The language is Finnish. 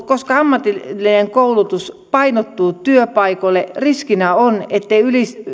koska ammatillinen koulutus painottuu työpaikoille riskinä on ettei